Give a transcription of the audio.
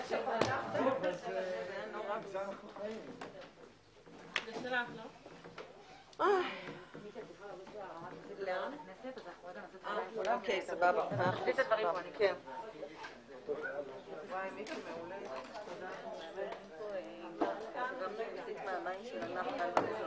הישיבה ננעלה בשעה 11:00.